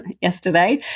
yesterday